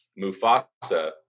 Mufasa